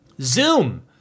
Zoom